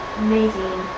amazing